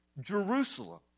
Jerusalem